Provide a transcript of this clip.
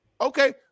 Okay